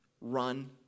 run